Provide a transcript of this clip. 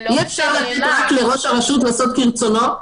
אי אפשר לתת לראש הרשות לעשות כרצונו.